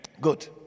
Good